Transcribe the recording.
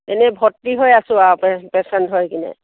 এনেই ভৰ্তি হৈ আছোঁ আৰু পেচেণ্ট হয় কিনে